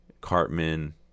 Cartman